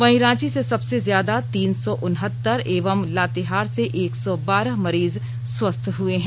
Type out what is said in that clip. वहीं रांची से सबसे ज्यादा तीन सौ उनहतर एवं लातेहार से एक सौ बारह मरीज स्वस्थ हुए हैं